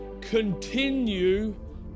continue